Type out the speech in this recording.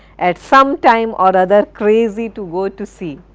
at some time or other crazy to go to sea?